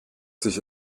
sich